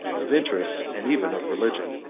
of interests, and even of religion.